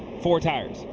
four tires.